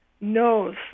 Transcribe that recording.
knows